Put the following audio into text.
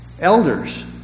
Elders